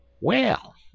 Well